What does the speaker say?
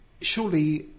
surely